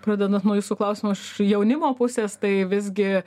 pradedant nuo jūsų klausimą iš jaunimo pusės tai visgi